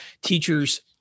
teachers